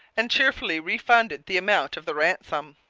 and cheerfully refunded the amount of the ransom.